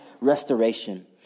restoration